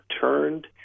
turned